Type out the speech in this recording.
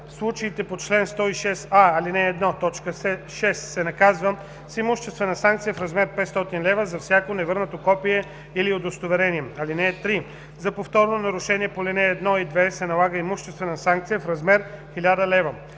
случаите по чл. 106а, ал. 1, т. 6, се наказва с имуществена санкция в размер 500 лв. за всяко невърнато копие или удостоверение. (3) За повторно нарушение по ал. 1 и 2 се налага имуществена санкция в размер 1000 лева.